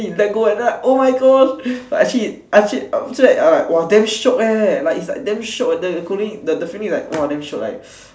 then he let go eh then like oh my gosh but actually actually um so that !wah! damn shiok eh like it's like damn shiok the cooling the the feeling is like !wah! damn shiok like